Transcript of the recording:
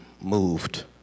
moved